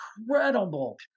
incredible